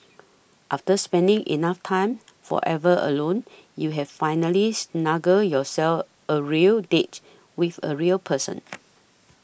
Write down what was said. after spending enough time forever alone you have finally snugged yourself a real date with a real person